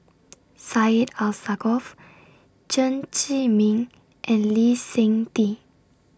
Syed Alsagoff Chen Zhiming and Lee Seng Tee